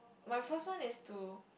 my first one is to